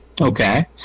Okay